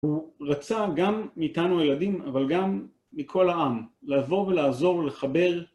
הוא רצה גם מאיתנו, הילדים, אבל גם מכל העם, לעבור ולעזור ולחבר.